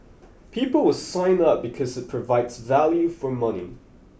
people will sign up because it provides value for money